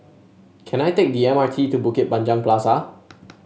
can I take the M R T to Bukit Panjang Plaza